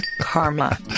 karma